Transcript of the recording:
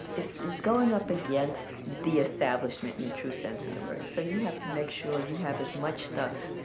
it's it's going up against the establishment in a true sense of the word. so you have to make sure you have as much stuff